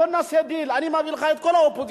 בוא נעשה דיל: אני מביא לך את כל האופוזיציה,